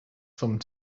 thumb